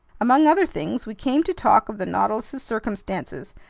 among other things, we came to talk of the nautilus's circumstances,